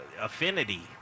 affinity